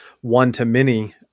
one-to-many